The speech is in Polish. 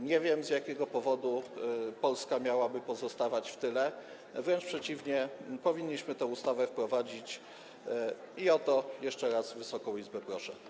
Nie wiem, z jakiego powodu Polska miałaby pozostawać w tyle, wręcz przeciwnie, powinniśmy tę ustawę wprowadzić i o to jeszcze raz Wysoką Izbę proszę.